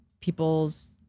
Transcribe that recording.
people's